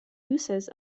uses